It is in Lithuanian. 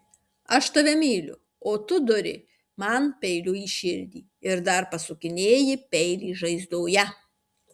aš tave myliu o tu duri man peiliu į širdį ir dar pasukinėji peilį žaizdoje